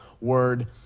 word